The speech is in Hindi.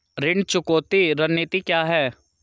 ऋण चुकौती रणनीति क्या है?